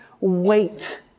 wait